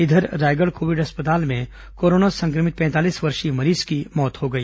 इधर रायगढ़ कोविड अस्पताल में कोरोना संक्रमित पैंतालीस वर्षीय मरीज की मौत हो गई